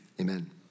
Amen